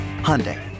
Hyundai